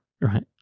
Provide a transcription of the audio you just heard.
Right